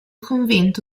convento